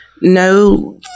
No